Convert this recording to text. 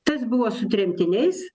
tas buvo su tremtiniais